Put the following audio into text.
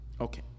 Okay